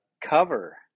cover